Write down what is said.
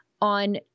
on